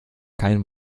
kein